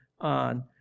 on